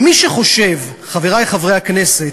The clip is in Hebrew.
ומי שחושב, חברי חברי הכנסת,